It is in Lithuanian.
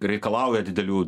reikalauja didelių